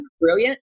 brilliant